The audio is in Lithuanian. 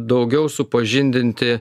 daugiau supažindinti